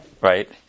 Right